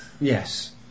Yes